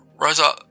Rosa